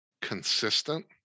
consistent